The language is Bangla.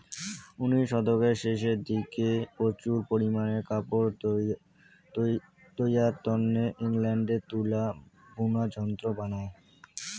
উনিশ শতকের শেষের দিকে প্রচুর পারিমানে কাপড় তৈরির তন্নে ইংল্যান্ডে তুলা বুনা যন্ত্র বানায়